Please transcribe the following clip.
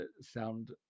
sound